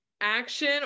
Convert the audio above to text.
Action